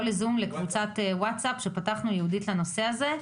לקבוצת ווטסאפ ייעודית לנושא הזה.